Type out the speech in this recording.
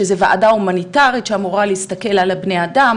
שהיא הוועדה ההומניטארית שאמורה להסתכל על בני האדם,